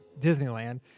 Disneyland